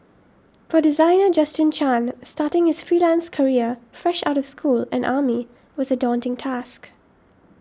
for designer Justin Chan starting his freelance career fresh out school and army was a daunting task